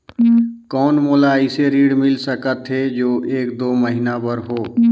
कौन मोला अइसे ऋण मिल सकथे जो एक दो महीना बर हो?